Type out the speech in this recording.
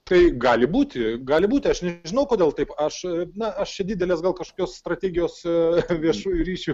tai gali būti gali būti aš nežinau kodėl taip aš na aš čia didelės gal kažkokios strategijos viešųjų ryšių